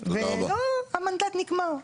ולא המנדט נגמר.